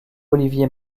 olivier